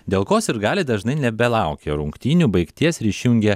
dėl ko sirgaliai dažnai nebelaukia rungtynių baigties ir išjungia